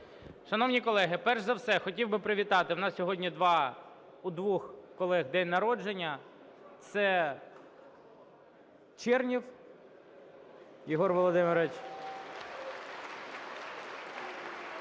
Шановні колеги, перш за все, хотів би привітати. У нас сьогодні у двох колег день народження, це Чернєв Єгор Володимирович